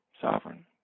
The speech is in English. sovereign